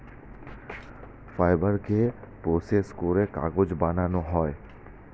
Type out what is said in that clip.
ফাইবারকে প্রসেস করে কাগজ বানানো হয়